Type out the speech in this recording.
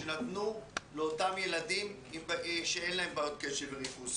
שנתנו לאותם ילדים שאין להם בעיות קשב וריכוז.